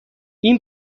این